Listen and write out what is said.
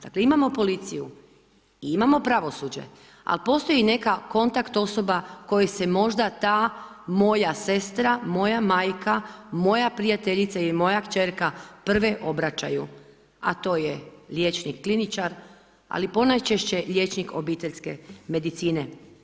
Dakle, imamo policiju i imamo pravosuđe, al postoji neka kontakt osoba kojoj se možda ta moja sestra, moja majka, moja prijateljica ili moja kćerka prve obraćaju, a to je liječnik kliničar, ali ponajčešće liječnik obiteljske medicine.